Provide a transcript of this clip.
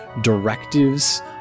directives